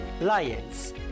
Lions